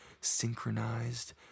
synchronized